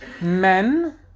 Men